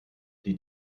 die